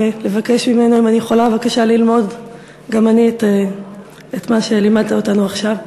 ולבקש ממנו אם אני יכולה בבקשה ללמוד גם אני את מה שלימדת אותנו עכשיו.